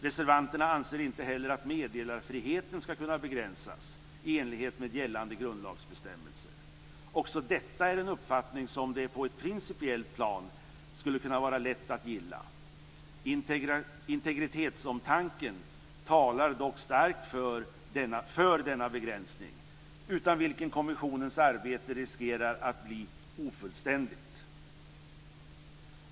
Reservanterna anser inte heller att meddelarfriheten ska kunna begränsas i enlighet med gällande grundlagsbestämmelser. Också detta är en uppfattning som det på ett principiellt plan skulle kunna vara lätt att gilla. Integritetsomtanken talar dock starkt för denna begränsning, utan vilken kommissionens arbete riskerar att bli ofullständigt.